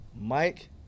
Mike